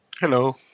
hello